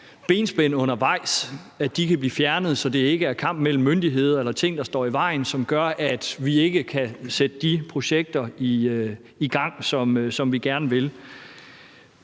benspænd undervejs, kan blive fjernet, så det ikke er en kamp mellem myndigheder eller ting, der står i vejen, som gør, at vi ikke kan sætte de projekter i gang, som vi gerne vil.